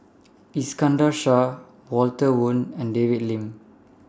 Iskandar Shah Walter Woon and David Lim